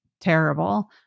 terrible